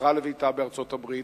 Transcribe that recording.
וחזרה לביתה בארצות-הברית,